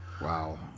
Wow